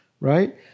Right